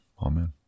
Amen